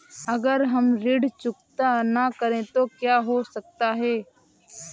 अगर हम ऋण चुकता न करें तो क्या हो सकता है?